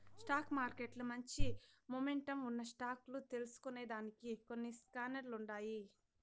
stock మార్కెట్ల మంచి momentum ఉన్న స్టాక్ లు తెల్సుకొనేదానికి కొన్ని స్కానర్లుండాయి